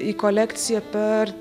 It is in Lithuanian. į kolekciją per